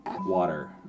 Water